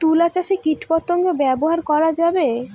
তুলা চাষে কীটপতঙ্গ ব্যবহার করা যাবে?